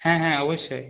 হ্যাঁ হ্যাঁ অবশ্যই